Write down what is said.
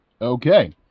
Okay